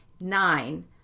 Nine